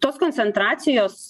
tos koncentracijos